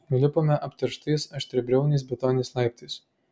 nulipome apterštais aštriabriauniais betoniniais laiptais